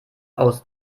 aus